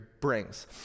brings